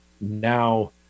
now